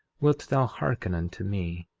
wilt thou hearken unto me,